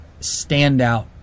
standout